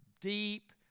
Deep